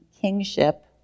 kingship